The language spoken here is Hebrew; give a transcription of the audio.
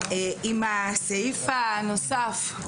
הסעיף הנוסף,